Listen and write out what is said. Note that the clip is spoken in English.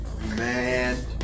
man